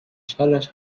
شرش